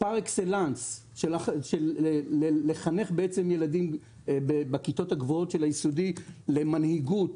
פר-אקסלנס של לחנך ילדים בכיתות הגבוהות של היסודי למנהיגות,